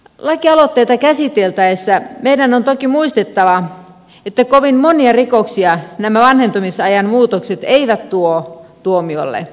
lakialoitteita käsiteltäessä meidän on toki muistettava että kovin monia rikoksia nämä vanhentumisajan muutokset eivät tuo tuomiolle